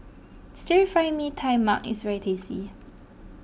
Stir Fry Mee Tai Mak is very tasty